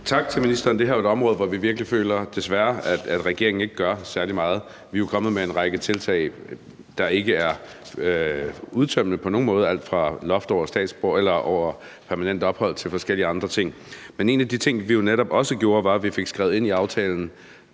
Tak til ministeren. Det her er jo et område, hvor vi virkelig føler, desværre, at regeringen ikke gør særlig meget. Vi er jo kommet med en række tiltag, der ikke er udtømmende på nogen måde, om alt fra loft over permanent ophold til forskellige andre ting. Men en af de ting, vi jo netop også gjorde, var, at vi fik skrevet ind i den